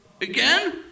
again